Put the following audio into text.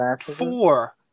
four